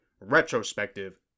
Retrospective